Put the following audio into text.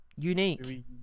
Unique